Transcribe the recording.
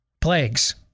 plagues